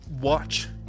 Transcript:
watch